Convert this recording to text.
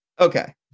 Okay